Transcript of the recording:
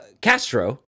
castro